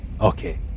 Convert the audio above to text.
Okay